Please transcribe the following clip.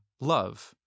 love